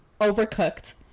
Overcooked